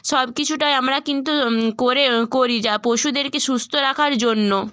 সব কিছুটাই আমরা কিন্তু করে করি যা পশুদেরকে সুস্থ রাখার জন্য